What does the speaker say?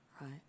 right